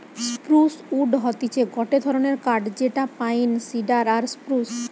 spruce wood হতিছে গটে ধরণের কাঠ যেটা পাইন, সিডার আর স্প্রুস